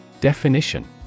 Definition